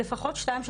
לפחות שתיים,